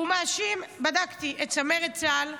הוא מאשים, בדקתי, את צמרת צה"ל.